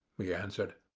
he answered.